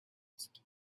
asked